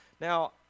Now